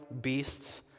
beasts